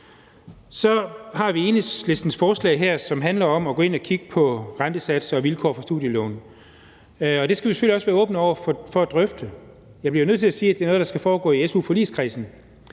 Så har vi Enhedslistens forslag her, som handler om at gå ind og kigge på rentesatser og vilkår for studielån, og det skal vi selvfølgelig også være åbne over for at drøfte. Jeg bliver nødt til at sige, at det er noget, der skal foregå i su-forligskredsen,